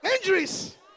Injuries